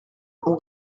ont